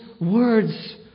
words